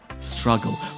Struggle